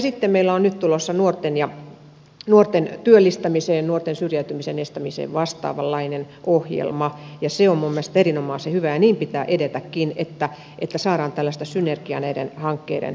sitten meillä on nyt tulossa nuorten työllistämiseen nuorten syrjäytymisen estämiseen vastaavanlainen ohjelma ja se on minun mielestäni erinomaisen hyvä ja niin pitää edetäkin että saadaan tällaista synergiaa näiden hankkeiden välille